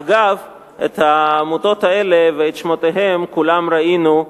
אגב, את העמותות האלה ואת שמותיהן כולנו ראינו,